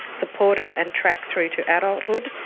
supported and tracked through to adulthood,